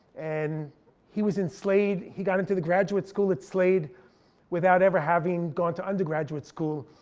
and he was in slade, he got into the graduate school at slade without ever having gone to undergraduate school,